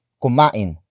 kumain